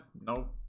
No